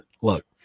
Look